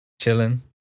Chilling